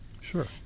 sure